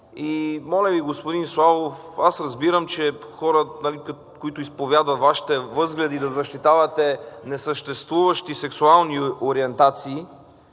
Моля Ви, господин Славов, аз разбирам, че хора, които изповядват Вашите възгледи да защитавате несъществуващи сексуални ориентации...